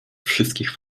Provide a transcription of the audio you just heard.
wszystkich